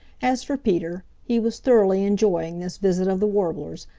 as for peter, he was thoroughly enjoying this visit of the warblers,